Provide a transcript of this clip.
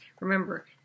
Remember